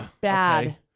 Bad